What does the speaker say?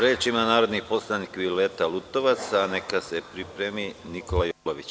Reč ima narodni poslanik Violeta Lutovac, a neka se pripremi Nikola Jolović.